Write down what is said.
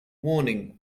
warning